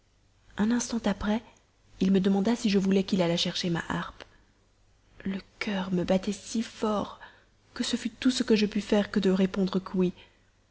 un petit moment après il me demanda si je voulais qu'il allât chercher ma harpe le cœur me battait si fort que ce fut tout ce que je pus faire que de répondre